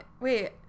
Wait